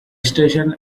station